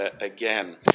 again